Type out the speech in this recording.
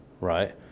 right